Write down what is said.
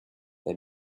they